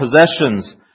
possessions